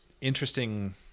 interesting